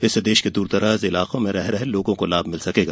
इससे देश के दूरदराज इलाकों में रह रहे लोगों को लाभ मिलेगा